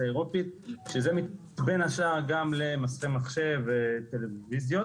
האירופית שזה בין השאר גם למסכי מחשב וטלוויזיות